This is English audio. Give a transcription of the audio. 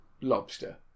lobster